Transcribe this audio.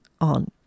on